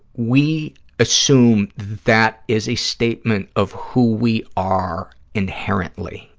we assume that is a statement of who we are inherently,